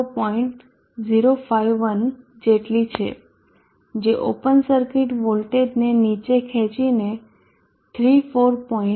051 જેટલી છે જે ઓપન સર્કિટ વોલ્ટેજને નીચે ખેંચીને 34